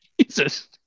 Jesus